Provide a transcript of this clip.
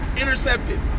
Intercepted